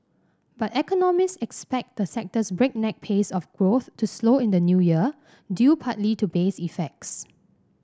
but economists expect the sector's breakneck pace of growth to slow in the New Year due partly to base effects